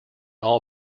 all